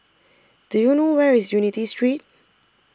Do YOU know Where IS Unity Street